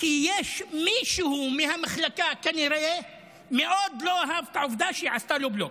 כי יש מישהו מהמחלקה שכנראה מאוד לא אהב את העובדה שהיא עשתה לו בלוק.